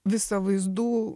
visą vaizdų